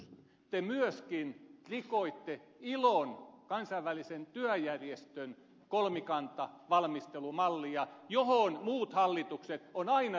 te myöskin rikoitte ilon kansainvälisen työjärjestön kolmikantavalmistelumallia johon muut hallitukset ovat aina sitoutuneet